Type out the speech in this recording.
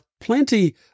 plenty